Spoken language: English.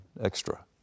extra